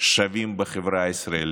שווים בחברה הישראלית.